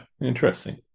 Interesting